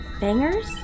Bangers